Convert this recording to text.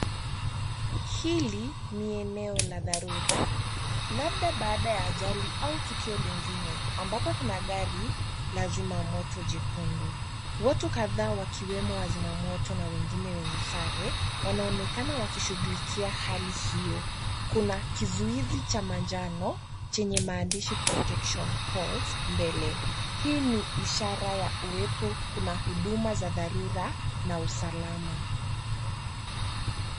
Hili ni eneo la dharura, labda baada ya ajali au tukio lingine ambapo kuna gari la zima moto jekundu. Watu kadhaa wakiwemo wazima moto na wengine wenye sare, wanaonekana wakishughulikia hali hiyo. Kuna kizuizi cha manjano chenye maandishi Protection Calls mbele. Hii ni ishara ya uwepo kuna huduma za dharura na usalama.